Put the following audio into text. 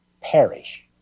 perish